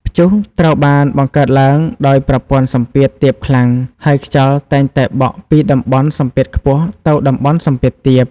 ព្យុះត្រូវបានបង្កើតឡើងដោយប្រព័ន្ធសម្ពាធទាបខ្លាំង ហើយខ្យល់តែងតែបក់ពីតំបន់សម្ពាធខ្ពស់ទៅតំបន់សម្ពាធទាប។